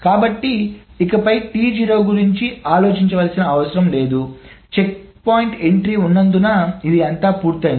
కాబట్టి ఇకపై T0 గురించి ఆలోచించాల్సిన అవసరం లేదు చెక్పాయింట్ ఎంట్రీ ఉన్నందున ఇదంతా పూర్తయింది